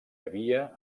havia